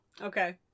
Okay